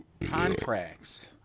contracts